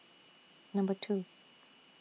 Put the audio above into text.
Number two